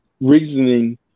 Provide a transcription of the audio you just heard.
reasoning